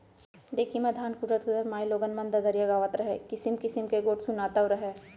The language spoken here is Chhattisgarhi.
ढेंकी म धान कूटत कूटत माइलोगन मन ददरिया गावत रहयँ, किसिम किसिम के गोठ सुनातव रहयँ